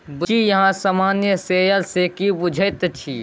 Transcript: बुच्ची अहाँ सामान्य शेयर सँ की बुझैत छी?